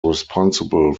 responsible